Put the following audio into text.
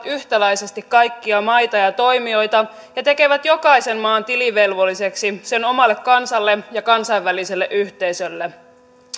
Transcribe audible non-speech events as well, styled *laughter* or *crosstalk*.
*unintelligible* yhtäläisesti kaikkia maita ja toimijoita ja tekevät jokaisen maan tilivelvolliseksi sen omalle kansalle ja kansainväliselle yhteisölle